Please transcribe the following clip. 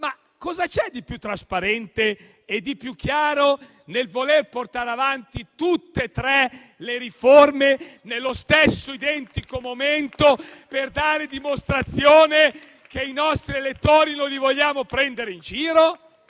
Cosa c'è di più trasparente e di più chiaro nel voler portare avanti tutte e tre le riforme nello stesso identico momento, per dare dimostrazione ai nostri elettori che non li vogliamo prendere in giro?